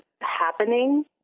happening